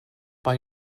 bei